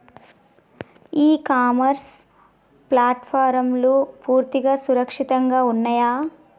ఇ commerce ప్లాట్ఫారమ్లు పూర్తిగా సురక్షితంగా ఉన్నయా?